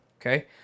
Okay